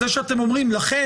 זה שאתם אומרים: לכן,